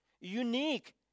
unique